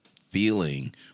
feeling